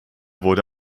wurde